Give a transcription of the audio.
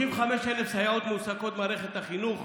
35,000 סייעות מועסקות במערכת החינוך,